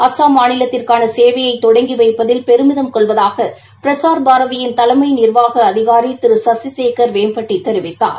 அஸ்ஸாம் மாநிலத்திற்கான சேவையை தொடங்கி வைப்பதில் பெருமிதம் கொள்வதாக பிரஸார் பாரதியின் தலைமை நிர்வாக அதிகாரி திரு சசிசேகர் வெம்பட்டி தெரிவித்தார்